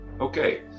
okay